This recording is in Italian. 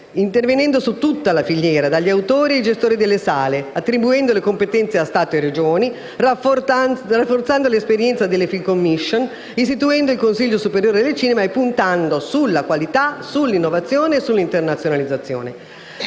intervenendo su tutta la filiera, dagli autori ai gestori delle sale, attribuendo le competenze a Stato e Regioni, rafforzando l'esperienza delle *film commission,* istituendo il Consiglio superiore del cinema e dell'audiovisivo, e puntando sulla qualità, sull'innovazione e sulla internazionalizzazione